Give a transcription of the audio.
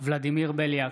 ולדימיר בליאק,